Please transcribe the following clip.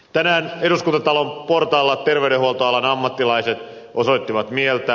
tänään eduskuntatalon portailla terveydenhuoltoalan ammattilaiset osoittivat mieltä